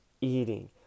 eating